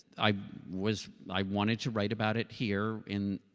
i was. i wanted to write about it here in.